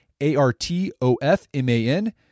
A-R-T-O-F-M-A-N